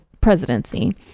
presidency